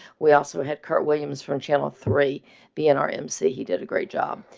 we also had colonel williams from channel three being our emcee. he did a great job.